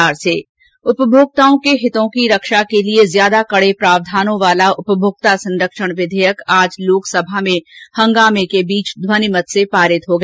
उपभोक्ता के हितों की रक्षा के लिए ज्यादा कड़े प्रावधानों वाला उपभोक्ता संरक्षण विधेयक आज लोकसभा में हंगामे के बीच ध्वनिमत से पारित हो गया